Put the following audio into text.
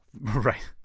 Right